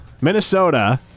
Minnesota